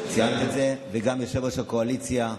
ציינת את זה, וגם יושב-ראש הקואליציה.